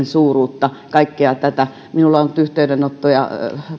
suuruutta ihmeteltiin kaikkea tätä minulle on tullut yhteydenottoja